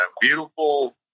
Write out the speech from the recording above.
beautiful